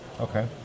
Okay